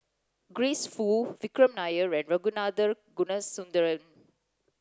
Grace Fu Vikram Nair and Ragunathar